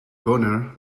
boner